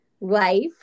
life